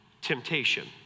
temptation